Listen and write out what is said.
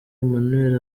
emmanuel